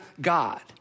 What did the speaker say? God